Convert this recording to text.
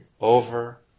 over